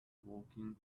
walking